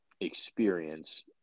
experience